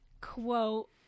quote